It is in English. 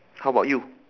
how about you